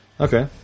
Okay